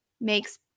makes